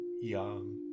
young